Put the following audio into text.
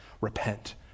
repent